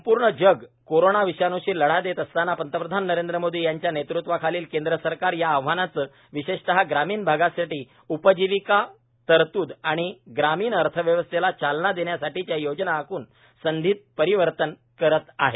संपूर्ण जग कोरोना विषाणूशी लढा देत असताना पंतप्रधान नरेंद्र मोदी यांच्या नेतृत्वाखालील केंद्र सरकार या आव्हानाचे विशेषतः ग्रामीण भागासाठी उपजीविका तरत्द आणि ग्रामीण अर्थव्यवस्थेला चालना देण्यासाठीच्या योजना आखून संधीत परिवर्तन करत आहे